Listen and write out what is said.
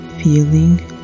feeling